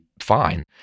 fine